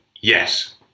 Yes